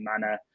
manner